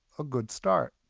a good start.